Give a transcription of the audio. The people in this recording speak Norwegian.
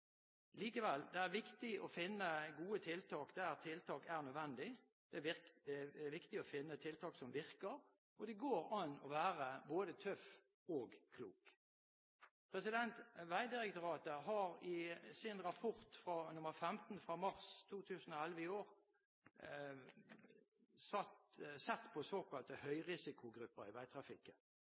Likevel: Det er viktig å finne gode tiltak der tiltak er nødvendig, det er viktig å finne tiltak som virker, og det går an å være både tøff og klok. Vegdirektoratet har i sin rapport nr. 15, fra mars i år, sett på såkalte høyrisikogrupper i veitrafikken.